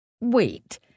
Wait